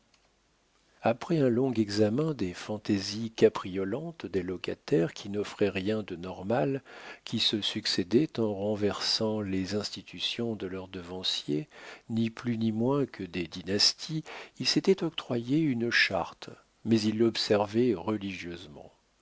après un long examen des fantaisies capriolantes des locataires qui n'offraient rien de normal qui se succédaient en renversant les institutions de leurs devanciers ni plus ni moins que des dynasties il s'était octroyé une charte mais il l'observait religieusement